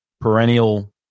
perennial